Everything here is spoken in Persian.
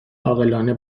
عاقلانه